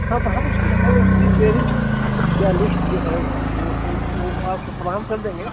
ہاں تو ہم اس کی ہم اس کی فہرسٹ یا لیسٹ جو ہے وہ وہ آپ کو فراہم کر دیں گے